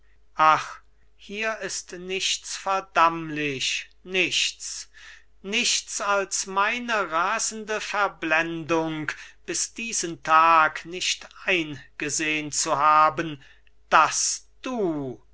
ach hier ist nichts verdammlich nichts nichts als meine rasende verblendung bis diesen tag nicht eingesehn zu haben daß du